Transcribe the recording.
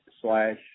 slash